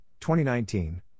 2019